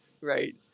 right